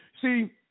See